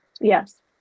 Yes